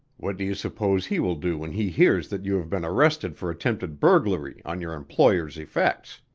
what do you suppose he will do when he hears that you have been arrested for attempted burglary on your employer's effects?